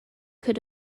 could